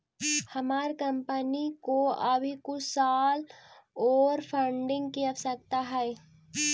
हमार कंपनी को अभी कुछ साल ओर फंडिंग की आवश्यकता हई